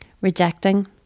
rejecting